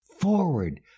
forward